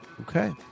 Okay